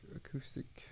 acoustic